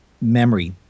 memory